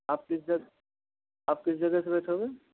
आप किस जग आप किस जगह से बैठोगे